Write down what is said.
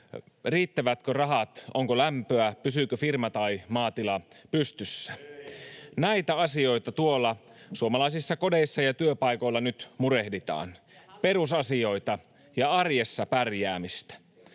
Riittävätkö rahat? Onko lämpöä? Pysyykö firma tai maatila pystyssä? [Perussuomalaisten ryhmästä: Ei!] Näitä asioita tuolla suomalaisissa kodeissa ja työpaikoilla nyt murehditaan: perusasioita ja arjessa pärjäämistä.